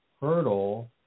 hurdle